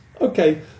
Okay